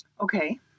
Okay